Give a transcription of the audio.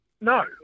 No